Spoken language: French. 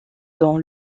dont